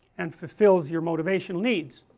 and fulfills your motivational needs